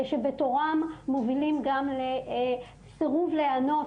שבתורם מובילים גם לסירוב להיענות,